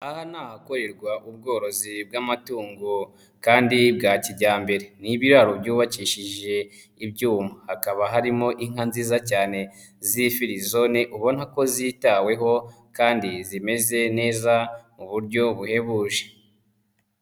Aha ni ahakorerwa ubworozi bw'amatungo kandi bwa kijyambere, ni ibiraro byubakishije ibyuma hakaba harimo inka nziza cyane z'ifirizone ubona ko zitaweho kandi zimeze neza mu buryo buhebuje.